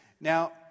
Now